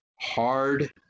hard